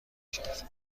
کرد